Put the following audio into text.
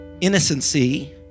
Innocency